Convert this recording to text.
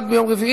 לחוק?